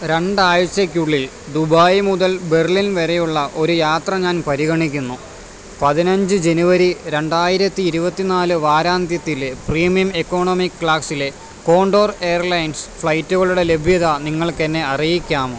രണ്ടാഴ്ച്ചയ്ക്കുള്ളിൽ Dubai മുതൽ Berlin വരെയുള്ള ഒരു യാത്ര ഞാൻ പരിഗണിക്കുന്നു പതിനഞ്ച് ജനുവരി രണ്ടായിരത്തി ഇരുപത്തി നാല് വാരാന്ത്യത്തിലെ പ്രീമിയം എക്കോണമിക് ക്ലാസ്സിലെ കോണ്ടോർ എയർലൈൻസ് ഫ്ലൈറ്റുകളുടെ ലഭ്യത നിങ്ങൾക്കെന്നെ അറിയിക്കാമോ